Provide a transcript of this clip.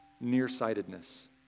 nearsightedness